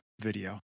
video